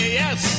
yes